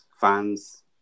fans